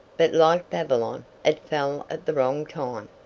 but like babylon, it fell at the wrong time.